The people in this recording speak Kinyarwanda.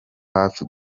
hafi